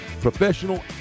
professional